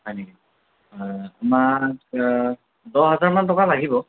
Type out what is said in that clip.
হয় নেকি আপোনাৰ দহ হাজাৰমান টকা লাগিব